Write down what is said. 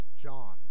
John